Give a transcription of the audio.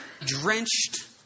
drenched